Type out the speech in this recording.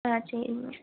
ஆ சரிங்க